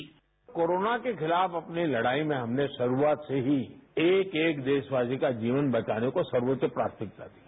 bite corona के खिलाफ अपनी लड़ाई में हमने शुरुआत से ही एक एक देशवासी का जीवन बचाने को सर्वोच्च प्राथमिकता दी है